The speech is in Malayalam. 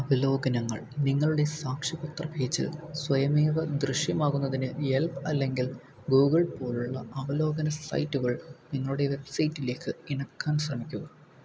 അവലോകനങ്ങൾ നിങ്ങളുടെ സാക്ഷ്യപത്ര പേജിൽ സ്വയമേവ ദൃശ്യമാകുന്നതിന് യെല്പ് അല്ലെങ്കിൽ ഗൂഗിള് പോലുള്ള അവലോകന സൈറ്റുകൾ നിങ്ങളുടെ വെബ്സൈറ്റിലേക്ക് ഇണക്കാന് ശ്രമിക്കുക